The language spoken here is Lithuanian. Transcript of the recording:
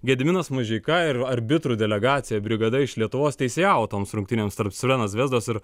gediminas mažeika ir arbitrų delegacija brigada iš lietuvos teisėjavo toms rungtynėms tarp crvenos zvezdos ir